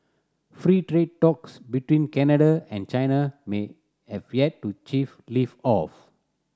free trade talks between Canada and China may have yet to lift off